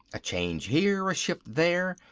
a change here, a shift there,